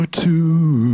two